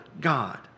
God